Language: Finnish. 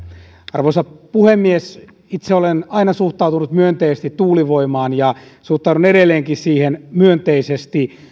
arvoisa puhemies itse olen aina suhtautunut myönteisesti tuulivoimaan ja suhtaudun edelleenkin siihen myönteisesti